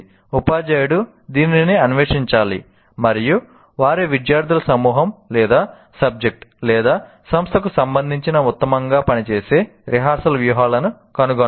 ఉపాధ్యాయుడు దీనిని అన్వేషించాలి మరియు వారి విద్యార్థుల సమూహం సబ్జెక్ట్ సంస్థకు సంబంధించి ఉత్తమంగా పనిచేసే రిహార్సల్ వ్యూహాలను కనుగొనాలి